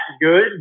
good